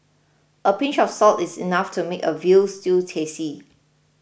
a pinch of salt is enough to make a Veal Stew tasty